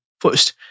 First